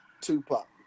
Tupac